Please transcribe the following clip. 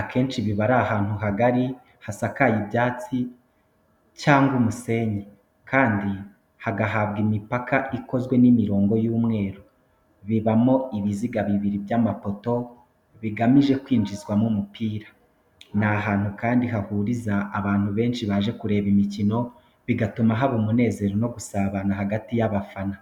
Akenshi biba ari ahantu hagari, hasakaye ibyatsi cyangwa umusenyi, kandi hagahabwa imipaka ikozwe n’imirongo y’umweru. Bibamo ibiziga bibiri by’amapoto, bigamije kwinjizwamo umupira. Ni ahantu kandi hahuriza abantu benshi baje kureba imikino, bigatuma haba umunezero no gusabana hagati y’abafana.